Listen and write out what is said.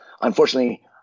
unfortunately